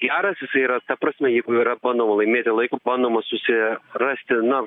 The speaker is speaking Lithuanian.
geras jisai yra ta prasme jeigu yra bandoma laimėti laiko bandoma susi rasti na